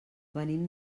venim